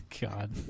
God